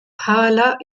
bħala